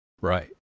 Right